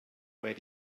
where